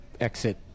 exit